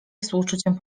współczuciem